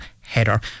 header